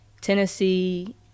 Tennessee